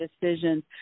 decisions